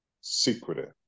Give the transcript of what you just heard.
secretive